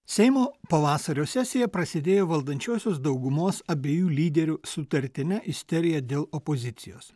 seimo pavasario sesija prasidėjo valdančiosios daugumos abiejų lyderių sutartine isterija dėl opozicijos